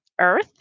earth